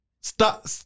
Stop